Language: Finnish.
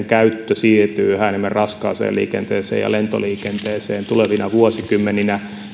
käyttö siirtyy yhä enemmän raskaaseen liikenteeseen ja lentoliikenteeseen tulevina vuosikymmeninä